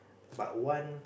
but one